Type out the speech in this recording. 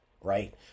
right